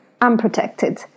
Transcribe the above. unprotected